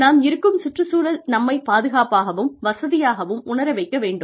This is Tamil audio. நாம் இருக்கும் சுற்றுச் சூழல் நம்மைப் பாதுகாப்பாகவும் வசதியாகவும் உணரவைக்க வேண்டும்